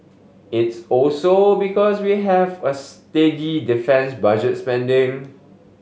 it's also because we have a steady defence budget spending